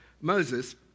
Moses